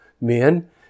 men